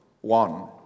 one